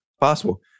Possible